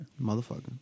motherfucker